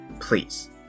Please